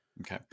Okay